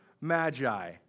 magi